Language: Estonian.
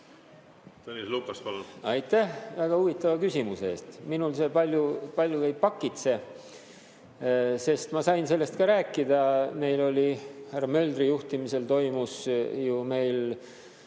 Tõnis Lukas, palun!